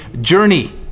journey